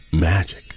magic